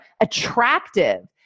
attractive